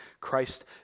Christ